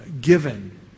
given